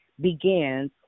begins